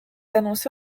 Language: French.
annoncé